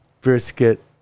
brisket